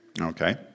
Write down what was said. Okay